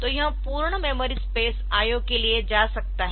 तो यह पूर्ण मेमोरी स्पेस IO के लिए जा सकता है